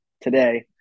today